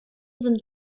sind